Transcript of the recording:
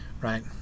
right